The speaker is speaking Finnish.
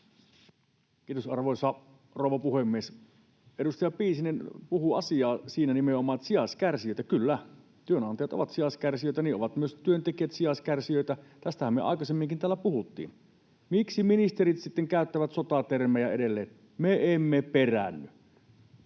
Kiitos, arvoisa rouva puhemies! Edustaja Piisinen puhuu asiaa. Siinä on nimenomaan sijaiskärsijöitä — kyllä, työnantajat ovat sijaiskärsijöitä, ja niin ovat myös työntekijät sijaiskärsijöitä. Tästähän me aikaisemminkin täällä puhuttiin. Miksi ministerit sitten käyttävät sotatermejä edelleen? ”Me emme peräänny.”